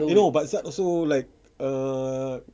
you know but zad also like err